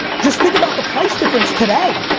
just think about the price difference today.